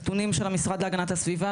נתונים של המשרד להגנת הסביבה,